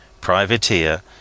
Privateer